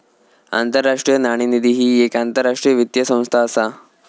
आंतरराष्ट्रीय नाणेनिधी ही येक आंतरराष्ट्रीय वित्तीय संस्था असा